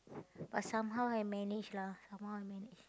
but somehow I managed lah somehow I managed